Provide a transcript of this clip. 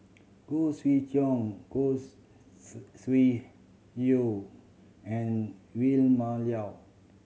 Khoo Swee Chiow Khoo Sui Hoe and Vilma